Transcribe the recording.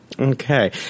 Okay